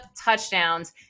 touchdowns